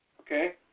okay